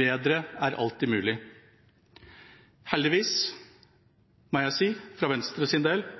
Bedre er alltid mulig. Heldigvis, må jeg si – for Venstres del –